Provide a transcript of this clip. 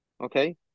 Okay